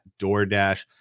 DoorDash